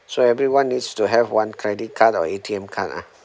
so everyone needs to have one credit card or A_T_M card ah